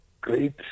great